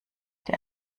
der